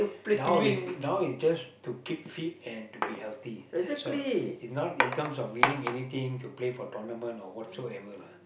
now it's now it's just to keep fit and to be healthy that's all is not in terms of winning anything to play for tournament or whatsoever lah